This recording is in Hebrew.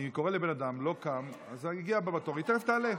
קורא לבן אדם, לא קם, אז היא הגיעה, תכף תעלה.